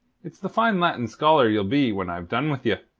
it's the fine latin scholar ye'll be when i've done with ye.